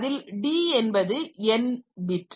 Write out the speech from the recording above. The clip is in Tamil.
அதில் d என்பது n பிட்